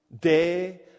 Day